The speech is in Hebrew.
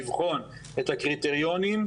לבחון את הקריטריונים,